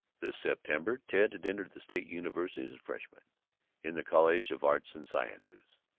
this september ted had entered the state university as a freshman in the college of arts and sciences.